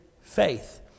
faith